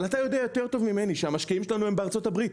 אבל אתה יודע יותר טוב ממני שהמשקיעים שלנו הם בארצות הברית,